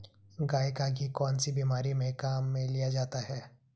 गाय का घी कौनसी बीमारी में काम में लिया जाता है?